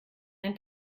ein